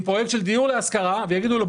עם פרויקט של דיור להשכרה ויגידו לו,